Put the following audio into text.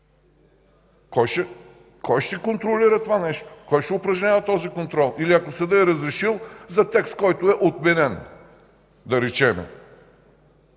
кой ще контролира това, кой ще упражнява този контрол? Или ако съдът е разрешил за текст, който е отменен, да речем?